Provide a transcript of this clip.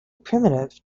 primitive